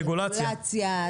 רגולציה,